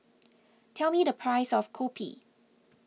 tell me the price of Kopi